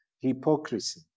hypocrisy